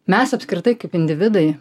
mes apskritai kaip individai